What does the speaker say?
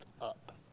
up